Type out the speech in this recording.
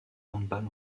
handball